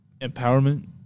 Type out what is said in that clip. Empowerment